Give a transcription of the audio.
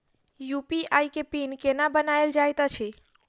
UPI केँ PIN केना बनायल जाइत अछि